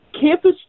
campus